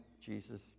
Jesus